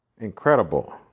incredible